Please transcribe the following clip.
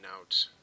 out